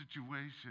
situation